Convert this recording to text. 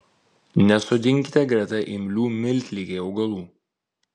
nesodinkite greta imlių miltligei augalų